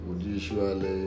usually